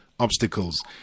obstacles